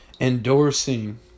endorsing